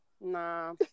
nah